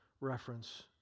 reference